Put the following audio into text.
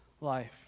life